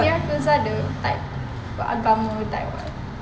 mira filzah the type kuat agama type [what]